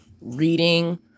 reading